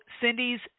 Cindy's